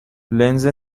لنز